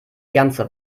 ganze